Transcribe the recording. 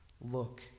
look